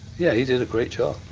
yeah, he did a great job,